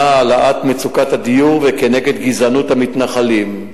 העלאת מצוקת הדיור וכנגד גזענות המתנחלים.